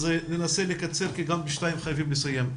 אז ננסה לקצר כי גם ב-14:00 חייבים לסיים.